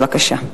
בבקשה.